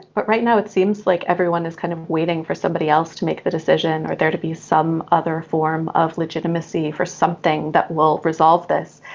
but right now it seems like everyone is kind of waiting for somebody else to make the decision or there to be some other form of legitimacy for something that will resolve this.